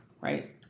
right